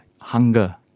hunger